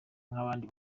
nk’abandi